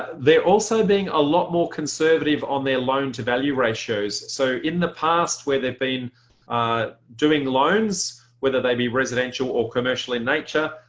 they're also being a lot more conservative on their loan to value ratios. so in the past where they've been doing loans whether they be residential or commercial in nature,